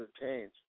change